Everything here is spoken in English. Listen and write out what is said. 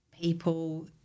people